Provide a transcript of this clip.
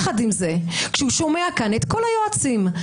כשהוא שומע כאן את כל היועצים,